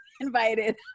invited